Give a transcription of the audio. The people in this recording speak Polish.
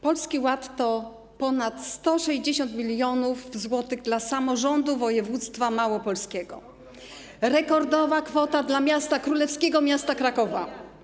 Polski Ład to ponad 160 mln zł dla samorządów województwa małopolskiego, rekordowa kwota dla królewskiego miasta Krakowa.